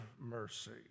mercy